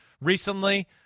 recently